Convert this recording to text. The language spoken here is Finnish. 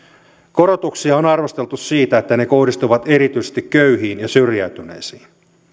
korotuksia on arvosteltu siitä että ne kohdistuvat erityisesti köyhiin ja syrjäytyneisiin